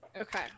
Okay